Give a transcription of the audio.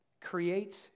creates